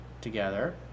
together